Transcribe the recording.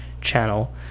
channel